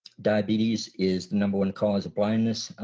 diabetes is the number one cause of blindness,